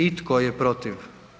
I tko je protiv?